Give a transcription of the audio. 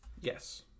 Yes